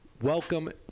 Welcome